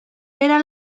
era